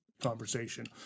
conversation